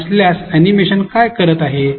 नसल्यास अॅनिमेशन काय करत आहे